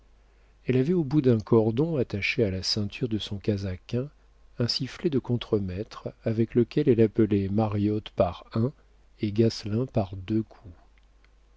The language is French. elle avait au bout d'un cordon attaché à la ceinture de son casaquin un sifflet de contre-maître avec lequel elle appelait mariotte par un et gasselin par deux coups